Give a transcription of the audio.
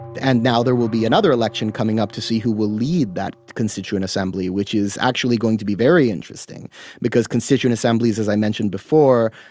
and now there will be another election coming up to see who will lead that constituent assembly, which is actually going to be very interesting because constituent assemblies, as i mentioned before,